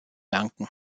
danken